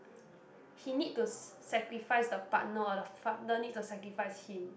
he need to s~ sacrifice the partner or the partner need to sacrifice him